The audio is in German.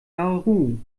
nauru